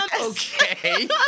Okay